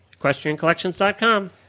Equestriancollections.com